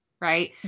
Right